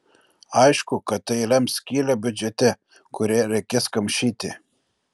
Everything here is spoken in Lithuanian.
aišku kad tai lems skylę biudžete kurią reikės kamšyti